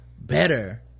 better